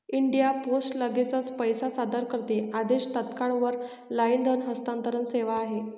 India post लगेचच पैसे सादर करते आदेश, तात्काळ वर लाईन धन हस्तांतरण सेवा आहे